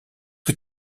que